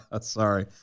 Sorry